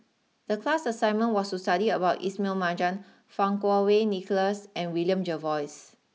the class assignment was to study about Ismail Marjan Fang Kuo Wei Nicholas and William Jervois